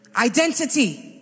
Identity